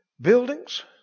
buildings